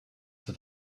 for